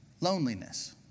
Loneliness